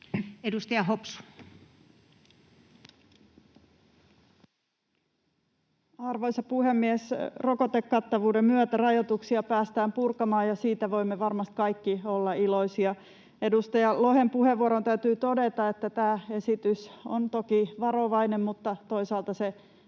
Content: Arvoisa puhemies! Rokotekattavuuden myötä rajoituksia päästään purkamaan, ja siitä voimme varmasti kaikki olla iloisia. Edustaja Lohen puheenvuoroon täytyy todeta, että tämä esitys on toki varovainen, mutta toisaalta se